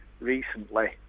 recently